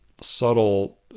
subtle